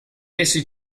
essi